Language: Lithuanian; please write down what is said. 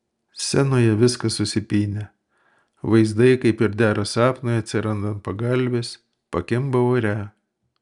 scenoje viskas susipynę vaizdai kaip ir dera sapnui atsiranda ant pagalvės pakimba ore